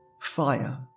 fire